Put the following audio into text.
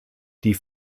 die